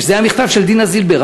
זה היה מכתב של דינה זילבר,